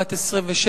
בת 27,